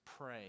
pray